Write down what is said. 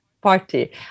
party